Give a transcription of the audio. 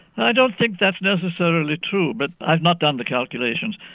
i don't think that's necessarily true but i've not done the calculations.